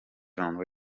john